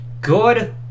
Good